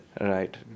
Right